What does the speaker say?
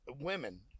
women